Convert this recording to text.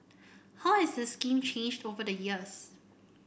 how has the scheme changed over the years